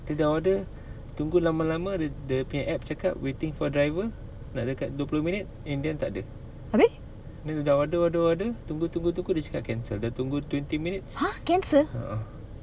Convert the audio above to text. abeh !huh! cancel